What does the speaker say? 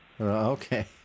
okay